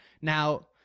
Now